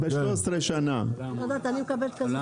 לא יודעת, אני תמיד מקבלת תלוש,